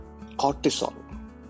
cortisol